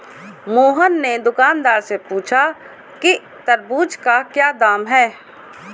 मोहन ने दुकानदार से पूछा कि तरबूज़ का क्या दाम है?